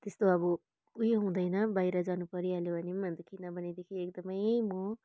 त्यस्तो अब उयो हुँदैन बाहिर जानु परिहाल्यो भने पनि अब एकदमै म